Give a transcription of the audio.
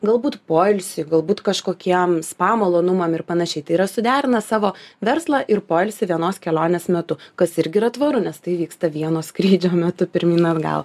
galbūt poilsiui galbūt kažkokiem spa malonumams ir pananašiai tai yra suderina savo verslą ir poilsį vienos kelionės metu kas irgi yra tvaru nes tai vyksta vieno skrydžio metu pirmyn atgal